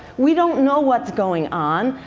we don't know what's going on,